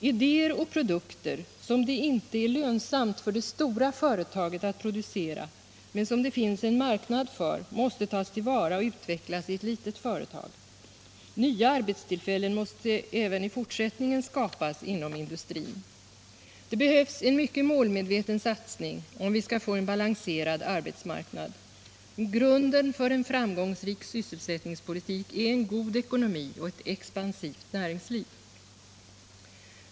Idéer och produkter som det inte är lönsamt för det stora företaget att producera men som det finns en marknad för måste tas till vara och utvecklas i ett litet företag. Nya arbetstillfällen måste även i fortsättningen skapas inom industrin. Det behövs en mycket målmedveten satsning om vi skall få en balanserad arbetsmarknad. Grunden för en framgångsrik sysselsättningspolitik är en god ekonomi och ett expansivt näringsliv.